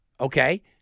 Okay